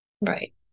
Right